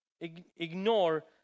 ignore